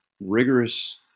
rigorous